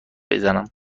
بزنم